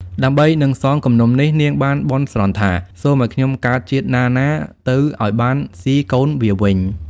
ដើម្បីនឹងសងគំនុំនេះ នាងបានបន់ស្រន់ថា "សូមឲ្យខ្ញុំកើតជាតិណាៗទៅ ឲ្យបានស៊ីកូនវាវិញ"។